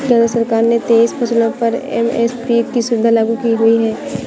केंद्र सरकार ने तेईस फसलों पर एम.एस.पी की सुविधा लागू की हुई है